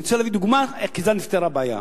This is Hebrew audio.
אני רוצה להביא דוגמה כיצד נפתרה הבעיה.